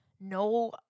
No